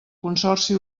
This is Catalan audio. consorci